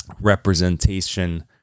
representation